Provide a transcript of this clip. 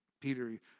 Peter